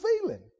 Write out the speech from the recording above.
feeling